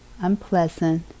unpleasant